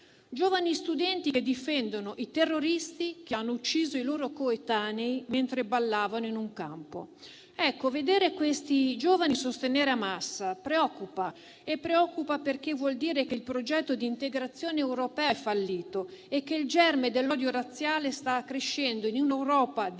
giovani studenti, che difendono i terroristi che hanno ucciso i loro coetanei mentre ballavano in un campo. Ecco, vedere questi giovani sostenere Hamas preoccupa, perché vuol dire che il progetto di integrazione europea è fallito e che il germe dell'odio razziale sta crescendo in un'Europa distratta